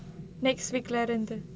next week leh இருந்து:irunthu